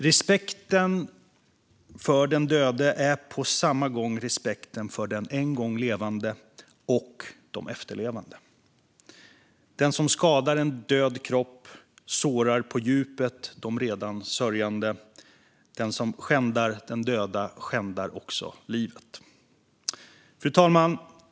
Respekten för den döde är på samma gång respekten för den en gång levande och de efterlevande. Den som skadar en död kropp sårar på djupet de redan sörjande. Den som skändar en död skändar också livet. Fru talman!